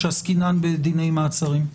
כשעסקינן בדיני מעצרים.